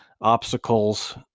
obstacles